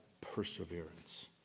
perseverance